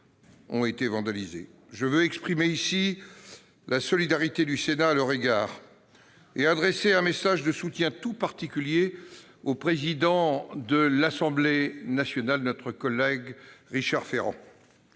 locaux vandalisés. Je veux exprimer ici la solidarité du Sénat à leur égard et adresser un message de soutien tout particulier au président de l'Assemblée nationale, notre collègue Richard Ferrand.